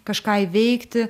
kažką įveikti